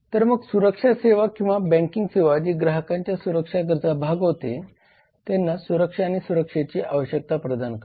तर मग सुरक्षा सेवा किंवा बँकिंग सेवा जी ग्राहकांच्या सुरक्षा गरजा भागवते त्यांना सुरक्षा आणि सुरक्षेची आवश्यकता प्रदान करते